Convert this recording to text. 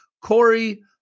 Corey